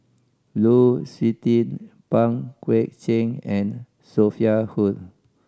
Lu Suitin Pang Guek Cheng and Sophia Hull